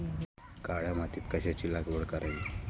काळ्या मातीत कशाची लागवड करावी?